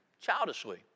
childishly